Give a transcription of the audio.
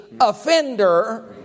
offender